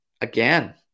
again